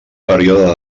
període